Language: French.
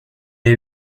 est